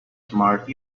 smart